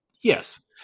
Yes